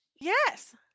yes